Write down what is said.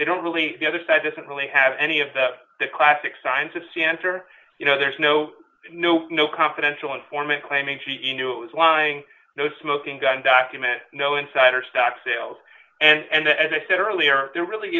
they don't really the other side doesn't really have any of that the classic signs of center you know there's no no no confidential informant claiming she knew it was lying no smoking gun document no insider stock sales and as i said earlier there really